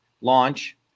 launch